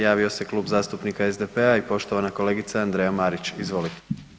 Javio se Klub zastupnika SDP-a i poštovana kolegica Andreja Marić, izvolite.